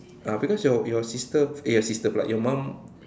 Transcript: ah because your your sister eh your sister pula your mom